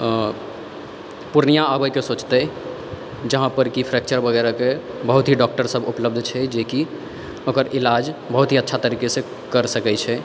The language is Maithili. अऽ पूर्णिया आबैके सोचतै जहाँपर कि फ्रैक्चर वगैरहके बहुत ही डॉक्टर सभ उपलब्ध छै जेकि ओकर ईलाज बहुत ही अच्छा तरीकासँ कर सकै छै